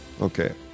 Okay